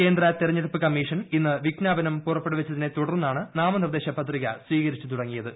കേന്ദ്ര തെരഞ്ഞെടുപ്പ് കമ്മീഷൻ ഇന്ന് വിജ്ഞാപനം പുറപ്പെടുവിച്ചതിനെ തുടർന്നാണ് നാമനിർദ്ദേശ പത്രിക സ്വീകരിച്ച് തുടങ്ങിയത്